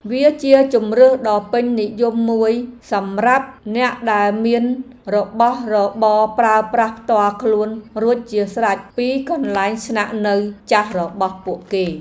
វាជាជម្រើសដ៏ពេញនិយមមួយសម្រាប់អ្នកដែលមានរបស់របរប្រើប្រាស់ផ្ទាល់ខ្លួនរួចជាស្រេចពីកន្លែងស្នាក់នៅចាស់របស់ពួកគេ។